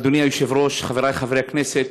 אדוני היושב-ראש, חבריי חברי הכנסת,